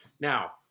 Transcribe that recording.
Now